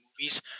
movies